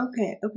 Okay